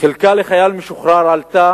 חלקה לחייל משוחרר עלתה